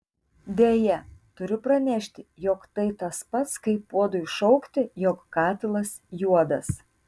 deja turiu pranešti jog tai tas pats kaip puodui šaukti jog katilas juodas